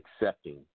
accepting